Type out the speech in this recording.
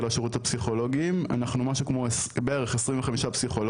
השירות הפסיכולוגי אנחנו משהו כמו 25 פסיכולוגים